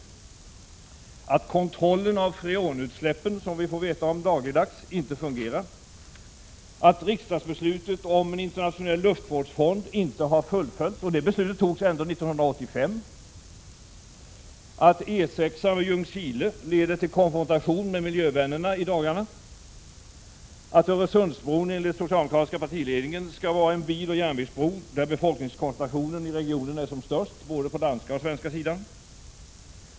Kan statsministern förneka att kontrollen av freonutsläppen, som vi får veta om dagligdags, inte fungerar, att riksdagsbeslutet om en internationell luftvårdsfond inte har fullföljts — sådant beslut fattades 1985 —, att frågan om E 6 i Ljungskile leder till konfrontation med miljövännerna, att Öresundsbron enligt den socialdemokratiska partiledningen skall vara en biloch järnvägsbro där befolkningskoncentrationen i regionen är som störst på både den danska och den svenska sidan?